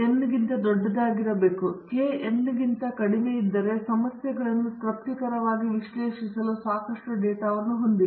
ನಿಶ್ಚಿತವಾಗಿ ಕೆ n ಗಿಂತ ದೊಡ್ಡದಾಗಿರಬೇಕು ಕೆ n ಗಿಂತ ಕಡಿಮೆಯಿದ್ದರೆ ಸಮಸ್ಯೆಗಳನ್ನು ತೃಪ್ತಿಕರವಾಗಿ ವಿಶ್ಲೇಷಿಸಲು ಸಾಕಷ್ಟು ಡೇಟಾವನ್ನು ಹೊಂದಿಲ್ಲ